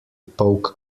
poke